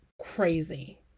crazy